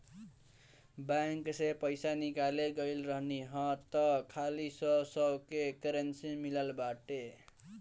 bank से पईसा निकाले गईल रहनी हअ तअ खाली सौ सौ के करेंसी मिलल बाटे